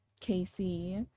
Casey